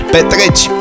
Petreci